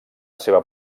seua